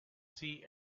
see